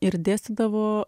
ir dėstydavo